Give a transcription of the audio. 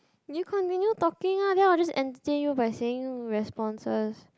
you continue talking lah then I'll just answer you by sending you responses